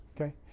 Okay